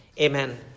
Amen